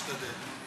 משתדל.